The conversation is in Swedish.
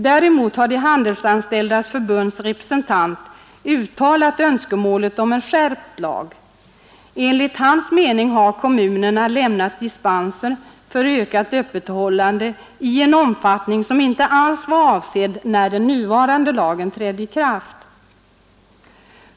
Däremot har Handelsanställdas förbunds representant uttalat önskemålet om en skärpt tillämpning av lagen. Enligt hans mening har kommunerna lämnat dispenser för ökat öppethållande i en omfattning som inte alls var avsedd när den nuvarande lagen trädde i kraft.